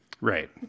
Right